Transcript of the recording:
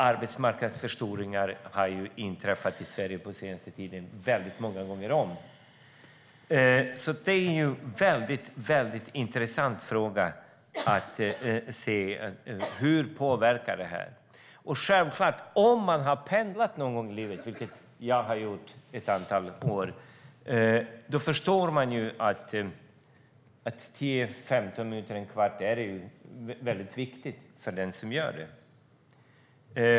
Arbetsmarknadsutvidgningar har den senaste tiden inträffat många gånger om. Därför är det intressant att se hur detta påverkar. Om man någon gång i livet har pendlat, vilket jag har gjort ett antal år, förstår man att 10-15 minuter är väldigt viktiga.